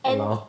!walao!